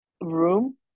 room